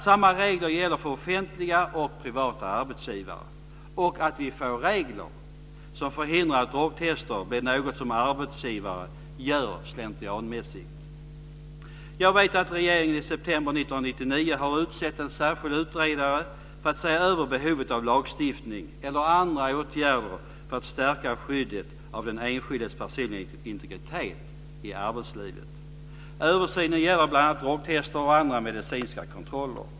Samma regler ska gälla för offentliga och privata arbetsgivare. Vi ska få regler som förhindrar att drogtest blir något som arbetsgivare gör slentrianmässigt. Jag vet att regeringen i september 1999 har utsett en särskild utredare för att se över behovet av lagstiftning eller andra åtgärder för att stärka skyddet av den enskildes personliga integritet i arbetslivet. Översynen gäller bl.a. drogtest och andra medicinska kontroller.